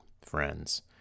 friends